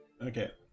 Okay